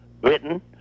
Britain